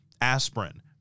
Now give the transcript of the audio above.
aspirin